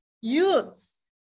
youths